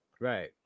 right